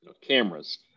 cameras